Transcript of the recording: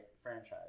franchise